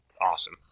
awesome